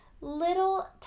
little